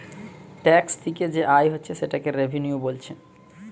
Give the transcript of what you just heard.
tax থিকে যে আয় হচ্ছে সেটাকে রেভিনিউ বোলছে